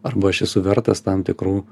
arba aš esu vertas tam tikrų